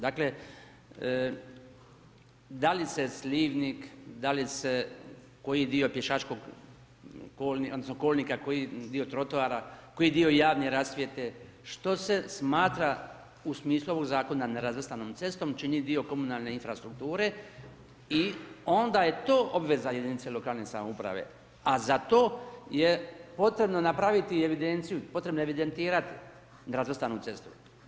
Dakle, da li se slivnik, da li se koji dio pješačkog, odnosno kolnika koji je dio trotovara, koji dio javne rasvjete, što se smatra u smislu ovog zakona nerazvrstanom cestom, ini dio komunalne infrastrukture i onda je to obveza jedinica lokalne samouprava, a za to je potrebno napraviti i evidenciju, potrebno je evidentirati nerazmatranom cestom.